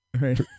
Right